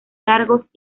largos